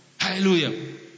Hallelujah